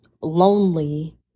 lonely